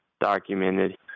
documented